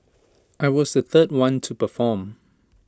I was the third one to perform